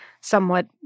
somewhat